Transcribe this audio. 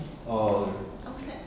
oh